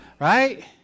right